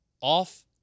off